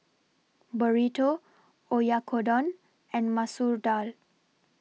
Burrito Oyakodon and Masoor Dal